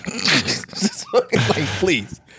please